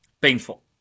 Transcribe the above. painful